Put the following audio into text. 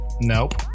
Nope